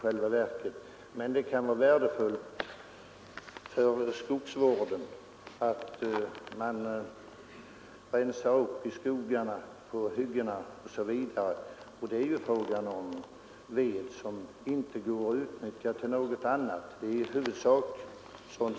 Däremot kan det vara värdefullt för skogsvården att man rensar upp på hyggena osv. Här är det ju i huvudsak fråga om ved som inte går att utnyttja för något annat ändamål.